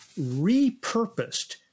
repurposed